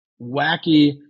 wacky